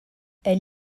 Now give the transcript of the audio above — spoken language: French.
elle